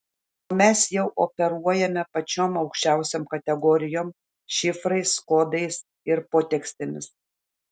o mes jau operuojame pačiom aukščiausiom kategorijom šifrais kodais ir potekstėmis